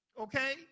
Okay